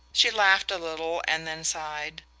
she laughed a little and then sighed.